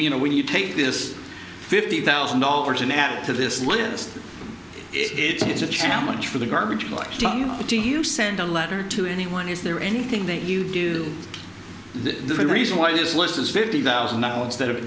you know when you take this fifty thousand dollars in act to this list it's a challenge for the garbage like chung do you send a letter to anyone is there anything that you do the reason why this list is fifty thousand now instead of